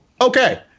okay